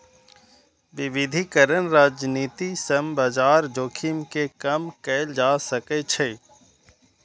विविधीकरण रणनीति सं बाजार जोखिम कें कम कैल जा सकै छै